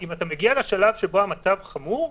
אם אתה מגיע לשלב בו המצב חמור,